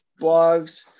blogs